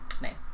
nice